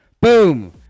Boom